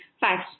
Five